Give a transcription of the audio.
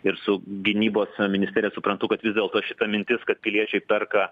ir su gynybos na ministerija suprantu kad vis dėlto šita mintis kad piliečiai perka